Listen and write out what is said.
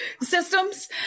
systems